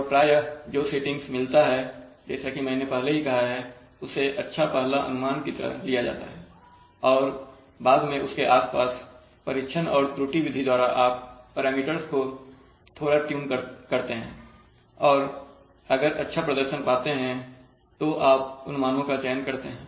और प्रायः जो सेटिंग्स मिलता है जैसा कि मैंने पहले ही कहा है उसे अच्छा पहला अनुमान की तरह लिया जाता है और बाद में उसके आसपास परीक्षण और त्रुटि विधि द्वारा आप पैरामीटर्स को थोड़ा ट्यून करते हैं और अगर अच्छा प्रदर्शन पाते हैं तो आप उन मानों का चयन करते हैं